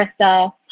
Krista